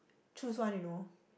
choose one you know